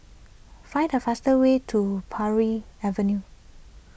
find the fastest way to Paris Avenue